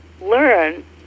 learn